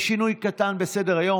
יש שינוי קטן בסדר-היום.